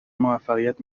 موفقیت